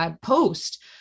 post